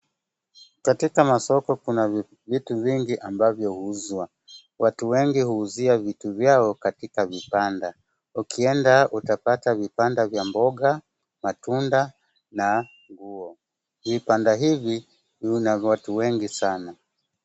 Katika masoko kuna vitu vingi ambavyo huuzwa. Watu wengi huuzia vitu vyao katika vibanda, ukienda utapata vibanda vya mboga, matunda na nguo. Vibanda hivi vina watu wengi sana.